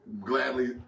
gladly